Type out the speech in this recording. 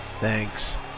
Thanks